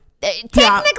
Technically